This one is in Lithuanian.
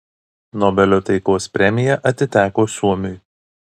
nobelio taikos premija atiteko suomiui